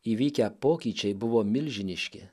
įvykę pokyčiai buvo milžiniški